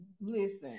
Listen